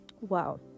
Wow